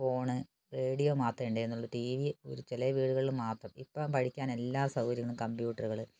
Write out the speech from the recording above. phone radio മാത്രമേ ഉണ്ടായിരുന്നുള്ളു T V ഒരു ചില വിടുകളില് മാത്രം ഇപ്പം പഠിക്കാന് എല്ലാ സൗകര്യങ്ങളും കമ്പ്യൂട്ടറുകൾ